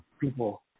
people